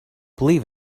believe